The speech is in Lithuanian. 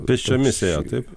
pėsčiomis ėjot taip